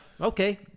Okay